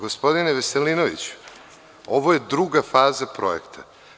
Gospodine Veselinoviću, ovo je druga faza projekta.